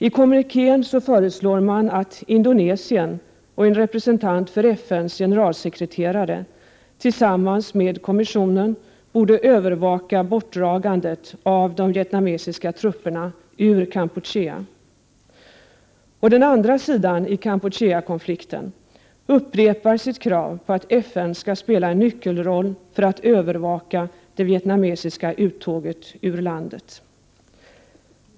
I kommunikén föreslår man att Indonesien och en representant för FN:s generalsekreterare tillsammans med kommissionen borde övervaka bortdragandet av de vietnamesiska trupperna ur Kampuchea. Och den andra sidan i Kampucheakonflikten upprepar sitt krav på att FN skall spela en nyckelroll för att övervaka det vietnamesiska uttåget ur landet.